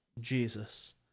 jesus